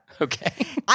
Okay